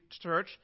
church